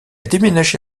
déménagé